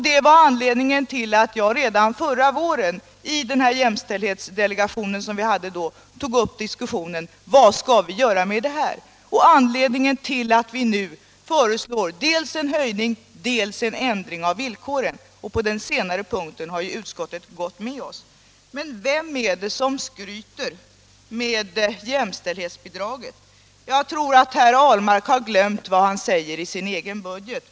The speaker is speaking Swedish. Det var anledningen till att jag redan förra våren i den jämställdhetsdelegation som vi då hade tog upp en diskussion om vad vi skulle göra med bidraget. Det är anledningen till att vi nu föreslår dels en höjning, dels en ändring av villkoren, och på den senare punkten har utskottet följt oss. Men vem är det som skryter med jämställdhetsbidraget? Jag tror att herr Ahlmark har glömt vad han säger i sin egen budget.